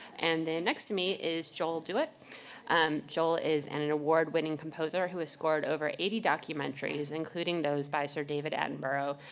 and then next to me is joel douek. um joel is and an award winning composer who has scored over eighty documentaries, including those by sir david attenborough,